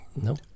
No